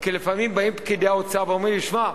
כי לפעמים באים פקידי האוצר ואומרים לי: שמע,